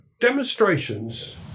demonstrations